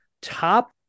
top